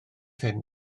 hyn